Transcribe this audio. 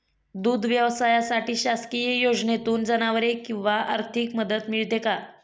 दूध व्यवसायासाठी शासकीय योजनेतून जनावरे किंवा आर्थिक मदत मिळते का?